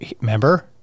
remember